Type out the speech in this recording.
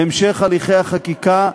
בהמשך הליכי החקיקה,